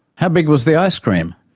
how big was the ice cream?